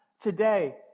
today